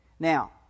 Now